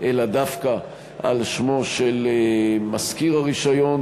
אלא דווקא על שמו של משכיר הרישיון.